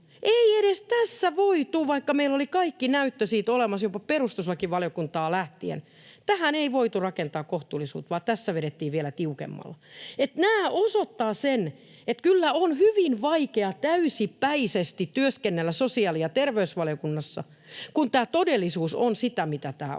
Ei edes tässä voitu — vaikka meillä oli kaikki näyttö siitä olemassa jopa perustuslakivaliokunnasta lähtien — rakentaa kohtuullisuutta, vaan tässä vedettiin vielä tiukemmalle. Nämä osoittavat sen, että kyllä on hyvin vaikea täysipäisesti työskennellä sosiaali- ja terveysvaliokunnassa, kun tämä todellisuus on sitä, mitä tämä on.